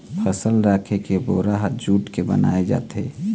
फसल राखे के बोरा ह जूट के बनाए जाथे